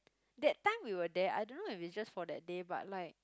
that time we were there I don't know if it is just for that day but like